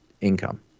income